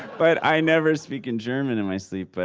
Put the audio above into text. but i never speak in german in my sleep.